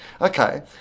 okay